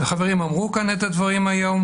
וחברים אמרו כאן את הדברים היום,